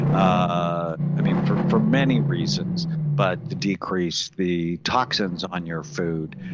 ah i mean for for many reasons but decrease the toxins on your food,